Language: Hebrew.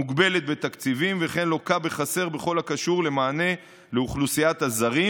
מוגבלת בתקציבים וכן לוקה בחסר בכל הקשור למענה לאוכלוסיית הזרים,